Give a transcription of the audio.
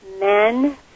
men